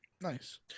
nice